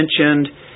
mentioned